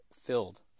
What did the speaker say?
filled